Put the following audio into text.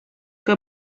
que